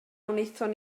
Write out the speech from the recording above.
wnaethon